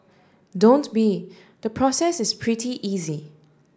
don't be the process is pretty easy